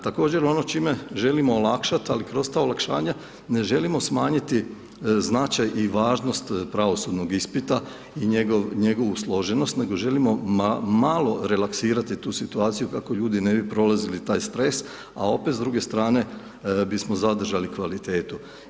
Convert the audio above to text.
Također ono čime želimo olakšat, ali kroz ta olakšanja ne želimo smanjiti značaj i važnost pravosudnog ispita i njegovu složenost nego želimo malo relaksirati tu situaciju kako ljudi ne bi prolazili taj stres, a opet s druge strane bismo zadržali kvalitetu.